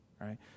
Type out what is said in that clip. right